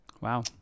Wow